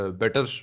better